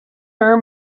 her